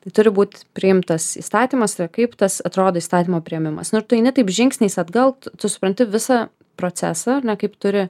tai turi būt priimtas įstatymas kaip tas atrodo įstatymo priėmimas nu ir tu eini taip žingsniais atgal tu supranti visą procesą ar ne kaip turi